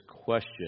question